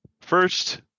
First